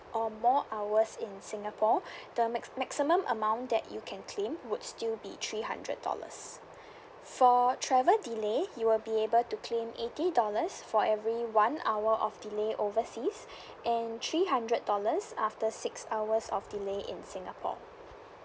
or more hours in singapore the max~ maximum amount that you can claim would still be three hundred dollars for travel delay you will be able to claim eighty dollars for every one hour of delay overseas and three hundred dollars after six hours of delay in singapore